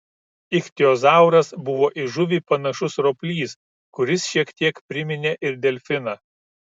ichtiozauras buvo į žuvį panašus roplys kuris šiek tiek priminė ir delfiną